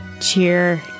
cheer